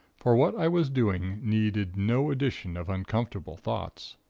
for what i was doing needed no addition of uncomfortable thoughts.